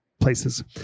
places